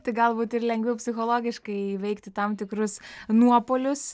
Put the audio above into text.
tai galbūt ir lengviau psichologiškai įveikti tam tikrus nuopuolius